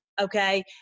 Okay